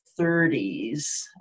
30s